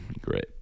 Great